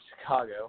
Chicago